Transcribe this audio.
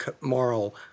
moral